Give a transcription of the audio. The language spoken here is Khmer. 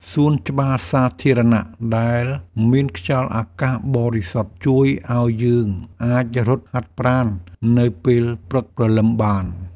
សួនច្បារសាធារណៈដែលមានខ្យល់អាកាសបរិសុទ្ធជួយឱ្យយើងអាចរត់ហាត់ប្រាណនៅពេលព្រឹកព្រលឹមបាន។